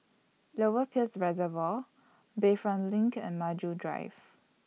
Lower Peirce Reservoir Bayfront LINK and Maju Drive